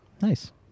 Nice